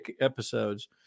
episodes